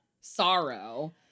sorrow